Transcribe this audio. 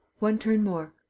one turn more.